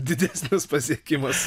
didesnis pasiekimas